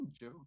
Joe